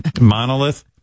monolith